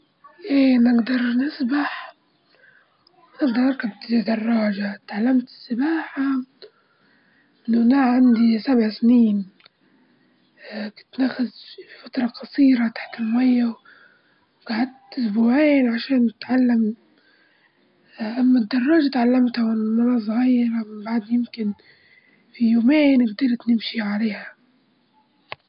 في مدينتي نعتقد إن الشخص العادي بينفق من تلاتين إلى خمسين دينار أسبوعيًا هذا لو كال بس على الطعام يعني حوالي من مية وعشرين لمتين دينار شهريًا هذا للوكل.